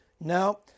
no